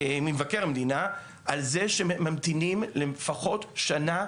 ממבקר המדינה על זה שממתינים לפחות שנה,